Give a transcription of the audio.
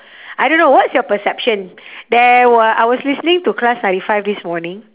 I don't know what's your perception there were I was listening to class ninety five this morning